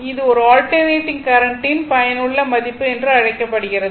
இது ஒரு alternating current ன் பயனுள்ள மதிப்பு என்று அழைக்கப்படுகிறது